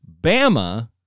Bama